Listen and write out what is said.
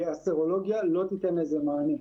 הסרולוגיה לא תיתן לזה מענה.